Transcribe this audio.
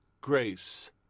grace